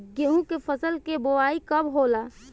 गेहूं के फसल के बोआई कब होला?